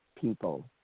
people